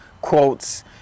quotes